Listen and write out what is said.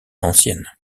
ancienne